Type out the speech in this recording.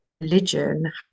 Religion